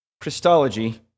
Christology